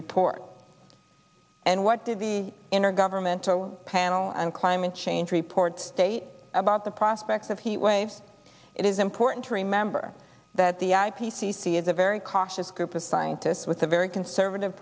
report and what did the intergovernmental panel on climate change report about the prospects of heat waves it is important to remember that the i p c c is a very cautious group of scientists with a very conservative